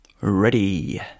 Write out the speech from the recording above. Ready